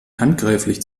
handgreiflich